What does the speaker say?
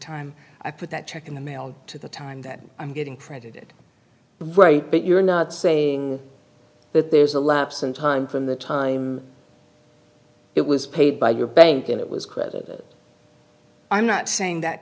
time i put that check in the mail to the time that i'm getting credited the rate but you're not saying that there's a lapse in time from the time it was paid by your bank and it was credit i'm not saying that